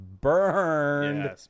burned